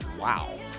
Wow